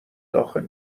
داخل